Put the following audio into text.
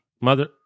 Mother